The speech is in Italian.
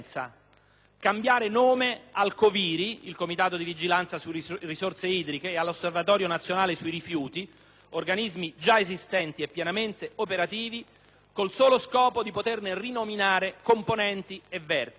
cambiare nome al COVIRI (Comitato di vigilanza sulle risorse idriche) e all'Osservatorio nazionale sui rifiuti, organismi già esistenti e pienamente operativi, con il solo scopo di poterne rinominare componenti e vertici.